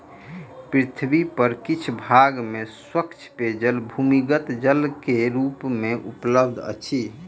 पृथ्वी पर किछ भाग में स्वच्छ पेयजल भूमिगत जल के रूप मे उपलब्ध अछि